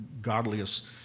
Godliest